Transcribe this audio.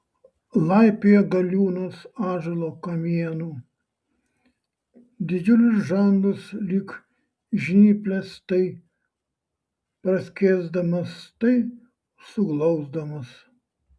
laipioja galiūnas ąžuolo kamienu didžiulius žandus lyg žnyples tai praskėsdamas tai suglausdamas